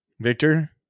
Victor